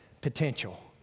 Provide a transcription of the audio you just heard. potential